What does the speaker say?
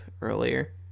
earlier